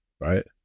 Right